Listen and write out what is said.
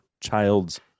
child's